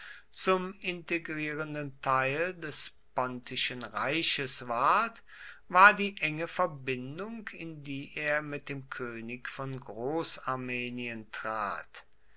zum integrierenden teil des pontischen reiches ward war die enge verbindung in die er mit dem könig von großarmenien trat